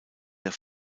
der